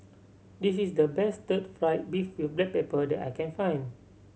this is the best stir fried beef with black pepper that I can find